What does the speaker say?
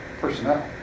Personnel